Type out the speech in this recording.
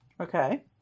Okay